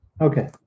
Okay